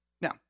Now